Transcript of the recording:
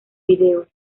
vídeos